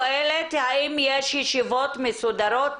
האם יש ישיבות מסודרות,